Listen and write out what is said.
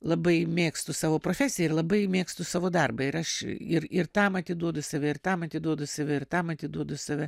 labai mėgstu savo profesiją ir labai mėgstu savo darbą ir aš ir ir tam atiduodu save ir tam atiduodu save ir tam atiduodu save